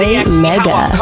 Mega